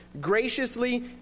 graciously